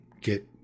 get